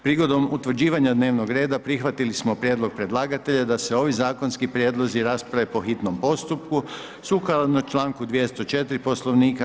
Prigodom utvrđivanja dnevnog reda, prihvatili smo prijedlog predlagatelja da se ovi zakonski prijedlozi rasprave po hitnom postupku sukladno članku 204., Poslovnika.